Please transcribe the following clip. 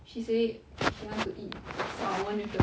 she said she want to eat salmon with the